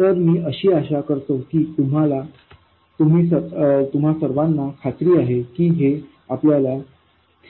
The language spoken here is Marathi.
तर मी अशी आशा करतो की तुम्हा सर्वांना खात्री आहे की हे आपल्याला